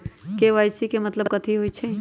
KYC के कि मतलब होइछइ?